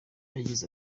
yagize